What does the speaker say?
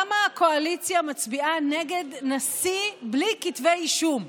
למה הקואליציה מצביעה נגד נשיא בלי כתבי אישום?